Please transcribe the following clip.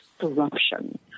corruption